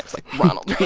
like, ronald reagan